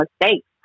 mistakes